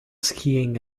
skiing